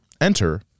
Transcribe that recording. Enter